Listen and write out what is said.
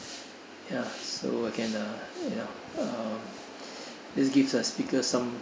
ya so I can uh ya uh this gives uh speaker some